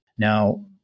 Now